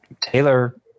Taylor